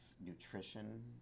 Nutrition